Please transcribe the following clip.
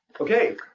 okay